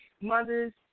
mothers